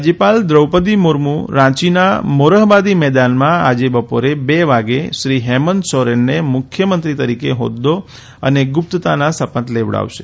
રાજ્યપાલ દ્રોપદી મુર્મુ રાંચીના મોરહબાદી મેદાનમાં આજે બપોરે બે વાગે શ્રી હેમંત સોરેનને મુખ્યમંત્રી તરીકે હોદ્દો અને ગુપ્તતાના શપથ લેવડાવશે